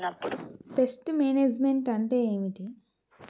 Pest management అంటే ఏమిటి?